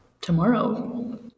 Tomorrow